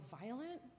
violent